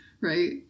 right